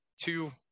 two